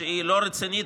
שהיא לא רצינית,